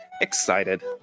excited